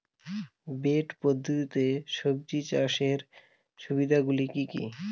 Bed পদ্ধতিতে সবজি চাষের সুবিধাগুলি কি কি?